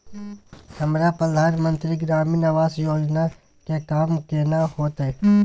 हमरा प्रधानमंत्री ग्रामीण आवास योजना के काम केना होतय?